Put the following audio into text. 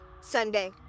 Sunday